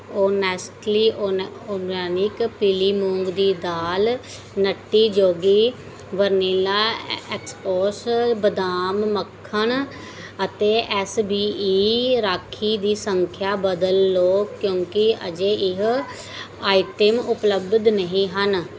honestly ਉਨ organic ਪੀਲੀ ਮੂੰਗ ਦੀ ਦਾਲ ਨੱਟੀ ਯੋਗੀ ਵਨੀਲਾ ਐਕਸਪੋਸ ਬਦਾਮ ਮੱਖਣ ਅਤੇ ਐਸ ਬੀ ਈ ਰਾਖੀ ਦੀ ਸੰਖਿਆ ਬਦਲ ਲਓ ਕਿਉਂਕਿ ਅਜੇ ਇਹ ਆਈਟਮ ਉਪਲੱਬਧ ਨਹੀਂ ਹਨ